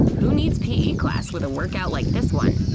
who needs p e. class with a workout like this one?